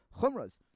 Chumras